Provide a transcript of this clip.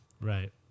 right